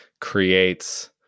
creates